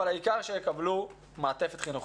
והעיקר שיקבלו מעטפת חינוכית.